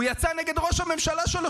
הוא יצא נגד ראש הממשלה שלו,